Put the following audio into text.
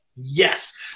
Yes